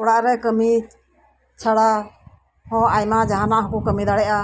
ᱚᱲᱟᱜ ᱨᱮ ᱠᱟᱢᱤ ᱪᱷᱟᱲᱟ ᱦᱚᱸ ᱟᱭᱢᱟ ᱡᱟᱦᱟᱸᱱᱟᱜ ᱦᱚᱸᱠᱚ ᱠᱟᱢᱤ ᱫᱟᱲᱮᱜᱼᱟ